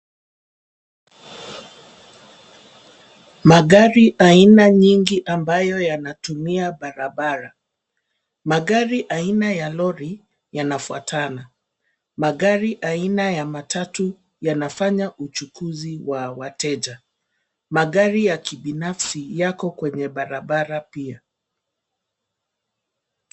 Magari aina nyingi ambayo yanatumia barabara. Magari aina ya lori, yanafuatana. Magari aina ya matatu yanafanya uchukuzi wa wateja. Magari ya kibinafsi yako kwenye barabara pia.